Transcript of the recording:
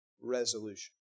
resolution